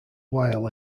while